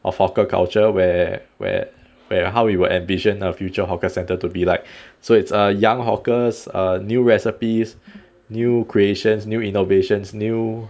of hawker culture where where where how you will envision our future hawker centre to be like so it's uh young hawkers uh new recipes new creations new innovations new